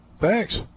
Thanks